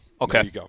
Okay